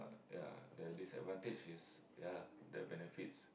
ya the disadvantage is ya the benefits